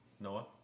Noah